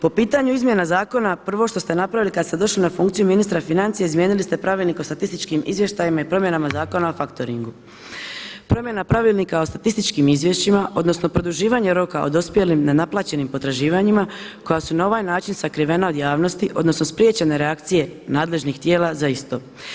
Po pitanju izmjena zakona prvo što ste napravili kada ste došli na funkciju ministra financija izmijenili ste Pravilnik o statističkim izvještajima i promjenama Zakona o faktoringu, promjena Pravilnika o statističkim izvješćima, odnosno produživanje roka o dospjelim nenaplaćenim potraživanjima koja su na ovaj način sakrivena od javnosti, odnosno spriječene reakcije nadležnih tijela za isto.